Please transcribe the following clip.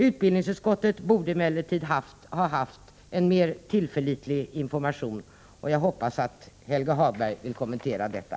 Utbildningsutskottet borde emellertid ha haft en mer tillförlitlig information, och jag hoppas att Helge Hagberg vill kommentera detta.